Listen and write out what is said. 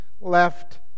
left